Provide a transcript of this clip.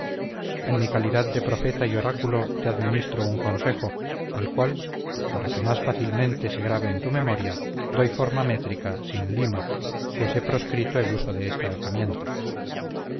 en mi calidad de profeta y oráculo te administro un consejo al cual para que más fácilmente se grabe en tu memoria doy forma métrica sin lima pues he proscrito el uso de esa herramienta